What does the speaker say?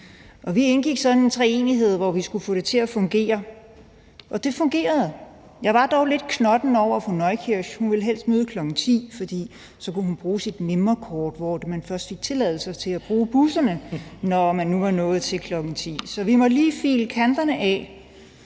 i sådan en treenighed, hvor vi skulle få det til at fungere – og det fungerede. Jeg var dog lidt knotten over fru Neukirsch. Hun ville helst møde kl. 10, for så kunne hun bruge sit mimrekort. Man havde først tilladelse til at bruge busserne, når dagen var nået til kl. 10. Så vi måtte lige file kanterne af.